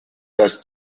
das